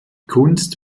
kunst